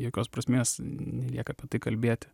jokios prasmės nelieka apie tai kalbėti